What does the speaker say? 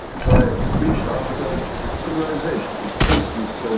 so i reached after civilizations. for instance,